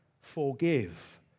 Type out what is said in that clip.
forgive